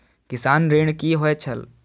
किसान ऋण की होय छल?